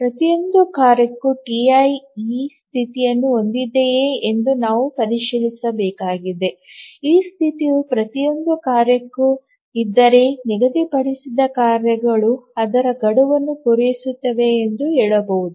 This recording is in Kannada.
ಪ್ರತಿಯೊಂದು ಕಾರ್ಯಕ್ಕೂ Ti ಈ ಸ್ಥಿತಿಯನ್ನು ಹೊಂದಿದೆಯೇ ಎಂದು ನಾವು ಪರಿಶೀಲಿಸಬೇಕಾಗಿದೆ ಈ ಸ್ಥಿತಿಯು ಪ್ರತಿಯೊಂದು ಕಾರ್ಯಕ್ಕೂ ಇದ್ದರೆ ನಿಗದಿಪಡಿಸಿದ ಕಾರ್ಯಗಳು ಅದರ ಗಡುವನ್ನು ಪೂರೈಸುತ್ತವೆ ಎಂದು ಹೇಳಬಹುದು